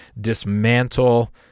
dismantle